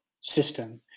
system